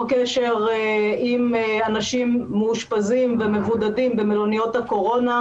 קשר עם אנשים מאושפזים ומבודדים במלוניות הקורונה,